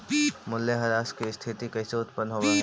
मूल्यह्रास की स्थिती कैसे उत्पन्न होवअ हई?